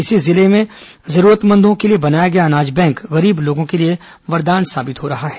इसी जिले में जरूरतमंदों के लिए बनाया गया अनाज बैंक गरीब लोगों के लिए वरदान साबित हो रहा है